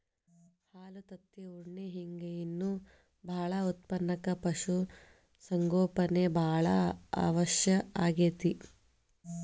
ಹಾಲು ತತ್ತಿ ಉಣ್ಣಿ ಹಿಂಗ್ ಇನ್ನೂ ಬಾಳ ಉತ್ಪನಕ್ಕ ಪಶು ಸಂಗೋಪನೆ ಬಾಳ ಅವಶ್ಯ ಆಗೇತಿ